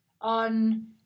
on